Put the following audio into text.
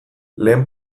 lehen